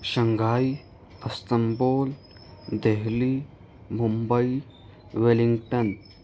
Shanghai Istanbul Delhi Mumbai Wellington